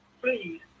please